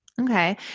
Okay